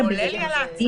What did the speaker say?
ביישום?